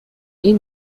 این